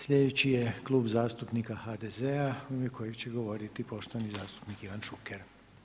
Sljedeći je Klub zastupnika HDZ-a u ime kojeg će govoriti poštovani zastupnik Ivan Šuker.